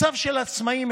מצב אחד של עצמאים: